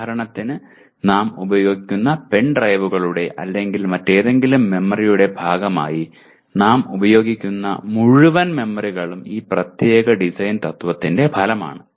ഉദാഹരണത്തിന് നാം ഉപയോഗിക്കുന്ന പെൻ ഡ്രൈവുകളുടെ അല്ലെങ്കിൽ മറ്റേതെങ്കിലും മെമ്മറിയുടെ ഭാഗമായി നാം ഉപയോഗിക്കുന്ന മുഴുവൻ മെമ്മറികളും ഈ പ്രത്യേക ഡിസൈൻ തത്വത്തിന്റെ ഫലമാണ്